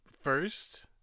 First